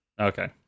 Okay